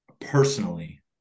personally